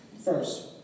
First